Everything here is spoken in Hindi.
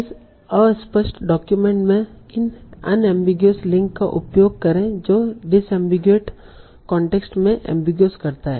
इस अस्पष्ट डॉक्यूमेंट में इस अनएमबीगुइस लिंक का उपयोग करें जो डिसअम्बिगुएट कांटेक्स्ट को एमबीगुइस करता है